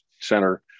Center